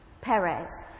Perez